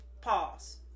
pause